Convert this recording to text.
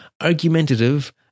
argumentative